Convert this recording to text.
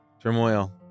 Turmoil